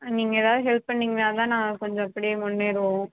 நீங்கள் ஏதா ஹெல்ப் பண்ணீங்கனால் தான் நான் கொஞ்சம் இப்படியே முன்னேறுவோம்